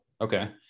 Okay